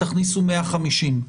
תכניסו 150,